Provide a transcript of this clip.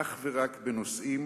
אך ורק בנושאים